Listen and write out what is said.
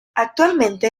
actualmente